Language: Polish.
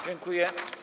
Dziękuję.